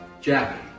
Jack